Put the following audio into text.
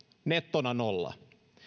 nettona nolla